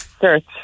search